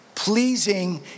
Pleasing